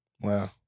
Wow